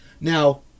Now